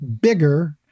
bigger